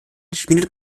schmiedet